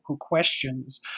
questions